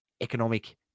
economic